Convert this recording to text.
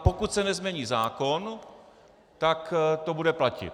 Pokud se nezmění zákon, tak to bude platit.